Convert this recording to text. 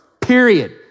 period